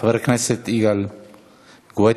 חבר הכנסת יגאל גואטה.